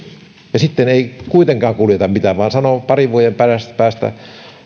ja sitten ei kuitenkaan kuljeta mitään vaan sanoo parin vuoden päästä päästä